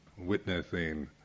witnessing